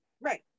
Right